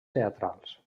teatrals